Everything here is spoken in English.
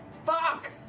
fuck!